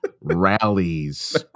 rallies